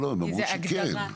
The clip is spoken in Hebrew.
הם אמרו שכן.